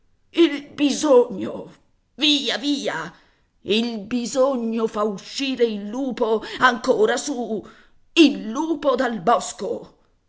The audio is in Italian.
il bisogno via via il bisogno fa uscire il lupo ancora su il lupo dal bosco